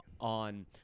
On